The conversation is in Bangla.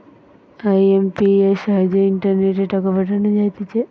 আই.এম.পি.এস সাহায্যে ইন্টারনেটে টাকা পাঠানো যাইতেছে